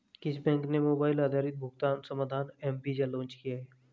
किस बैंक ने मोबाइल आधारित भुगतान समाधान एम वीज़ा लॉन्च किया है?